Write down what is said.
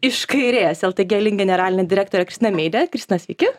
iš kairės ltg link generalinė direktorė kristina meidė kristina sveiki